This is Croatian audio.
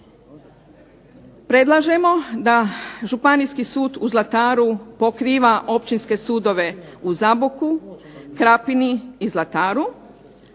predlažemo da Županijski sud u Zlataru pokriva općinske sudove u Zaboku, Krapini i Zlataru,